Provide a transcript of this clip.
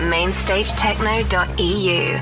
MainStageTechno.eu